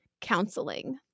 counseling